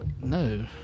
No